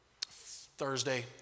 Thursday